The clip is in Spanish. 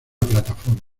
plataforma